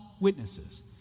witnesses